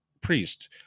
Priest